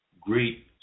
great